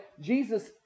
Jesus